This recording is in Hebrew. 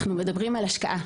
אנחנו מדברים על השקעה,